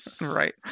Right